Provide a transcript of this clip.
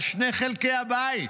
על שני חלקי הבית.